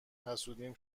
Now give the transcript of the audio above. حسودیم